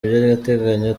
by’agateganyo